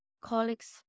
colleagues